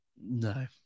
No